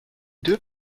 deux